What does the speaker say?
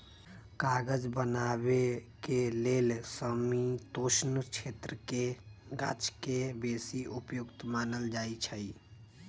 कागज बनाबे के लेल समशीतोष्ण क्षेत्रके गाछके बेशी उपयुक्त मानल जाइ छइ